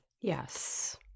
Yes